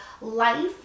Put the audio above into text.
life